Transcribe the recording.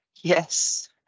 Yes